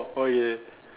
oh yeah